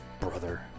brother